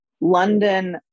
London